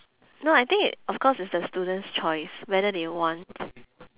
no I think of course it's the student's choice whether they want